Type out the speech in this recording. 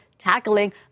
tackling